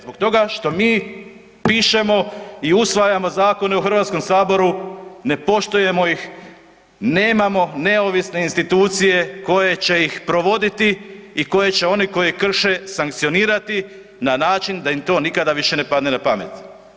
Zbog toga što mi pišemo i usvajamo zakone u Hrvatskom saboru, ne poštujemo ih, nemamo neovisne institucije koje će ih provoditi i koje će one koji krše, sankcionirati na način da im to nikada više ne padne na pamet.